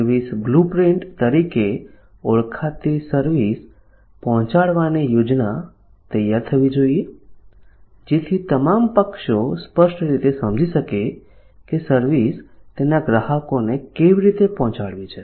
service blueprint તરીકે ઓળખાતી service પહોંચાડવાની યોજના તૈયાર થવી જોઈએ જેથી તમામ પક્ષો સ્પષ્ટ રીતે સમજી શકે કે સર્વિસ તેના ગ્રાહકોને કેવી રીતે પહોંચાડવી છે